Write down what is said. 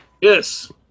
Yes